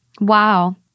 Wow